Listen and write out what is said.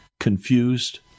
confused